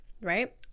right